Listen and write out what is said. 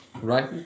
Right